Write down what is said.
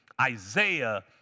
Isaiah